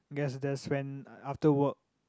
guess that's when after work